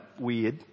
weird